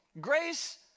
Grace